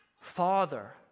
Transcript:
Father